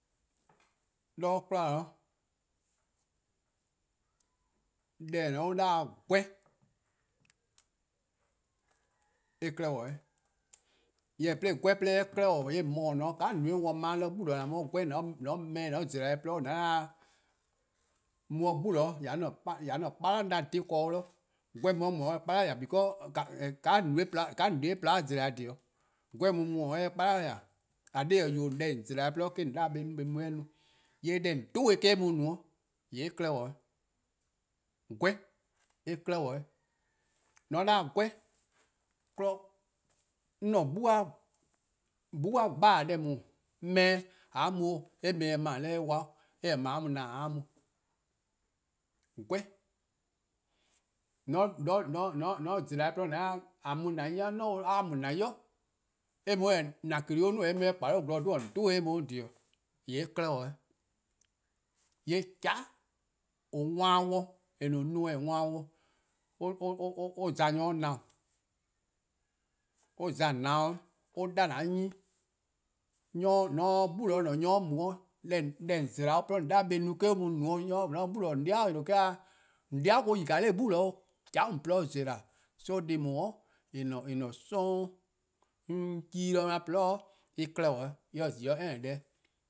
'De 'kwla, deh :eh :ne-a 'an 'da-dih-a 'gweh eh 'klehbor. Jorwor: :mor 'gweh 'ye 'klehbor, :yee' :mor :or ne-a 'de :ka :on no-eh dih kpon-a 'de 'gbu. 'Gweh :mor :on kpon-eh dih :mor on zela-eh gwluh :mor :on 'da, mu 'de 'gbu :ya 'de 'an-a'a: kpala' 'an dhe-a ken, 'gweh-a mu 'de mu eh ;ye 'de kpala' :ya because, :ke :on no-eh gwluh' zela-eh :dhih 'o. 'Gweh-a mu mu eh 'ye 'de kpala' :ya, :eh :korn dhih 'o :eh, deh :on zela-eh :gwluhuh' eh 'ye-a no, eh-: 'da eh mu eh 'ye no. :yee' deh :on zela-a 'gweh :gwluhuh' :eh-: eh no. :yee' eh 'klehbor. 'Gweh eh 'klehbor. :mor :on 'de 'gweh, kpon 'an 'gbu-a gba-dih :daa:a 'ye mu, eh mu-eh dih :kpon 'de eh 'kwa, eh-: mor-: a 'ye :na a 'ye mu. 'Gweh, :mor zela-eh :gwluh :on 'da :a mu :name' bo 'o, :mor a mu :name' bo, eh mu eh-: :na kplo-' 'duo: eh mu or 'o eh :kpabuh' 'zorn 'dhu-', :on 'du-dih-eh on 'weh :dhih 'o, :yee' eh 'klehbor. :yee' :chea', :eh wan-a dih :eh no-a neme :eh wan-a dih, or za nyor-' 'nyinor:, or za :on 'nyineor 'weh, or 'da an ' nyne 'weh, :mor :on se 'de 'gbu :ne :mor nyor mu 'de deh :on zela-or :gwluh' or 'hye-a no eh-: or mu no-'. Mor :on 'dei' mu 'de :gbu, or mu 'o 'dei or-: yi 'nor 'gbu 'o :chea'-a mu :on gwluh zela:. so, deh+ :daa :en ne-a 'sororn', 'on 'ye-ih 'do 'on :gwluhu' en 'klehbor.